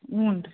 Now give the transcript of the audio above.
ಹ್ಞೂ ರೀ